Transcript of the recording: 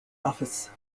office